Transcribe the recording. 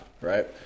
right